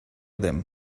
them